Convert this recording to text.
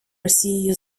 росією